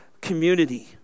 community